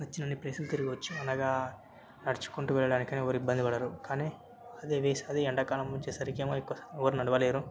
నచ్చినన్ని ప్లేసులు తిరొగొచ్చు అలాగా నడుచుకుంటూ వెళ్ళడానికైనా ఎవ్వరు ఇబ్బంది పడరు కానీ అదే వేస అదే ఎండాకాలం వచ్చేసరికేమో ఎక్కు ఎవ్వరు నడవలేరు